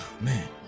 Man